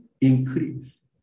increase